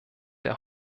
der